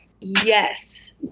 Yes